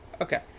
Okay